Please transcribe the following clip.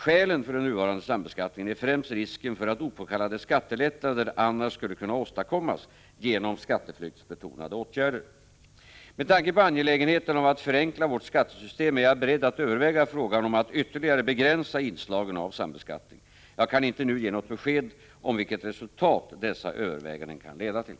Skälen för den nuvarande sambeskattningen är främst risken för att opåkallade skattelättnader annars skulle kunna åstadkommas genom skatteflyktsbetonade åtgärder. Med tanke på angelägenheten av att förenkla vårt skattesystem är jag beredd att överväga frågan om att ytterligare begränsa inslagen av sambeskattning. Jag kan inte nu ge något besked om vilket resultat dessa överväganden kan leda till.